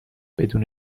بدون